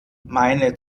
meine